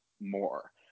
more